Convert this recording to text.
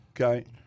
okay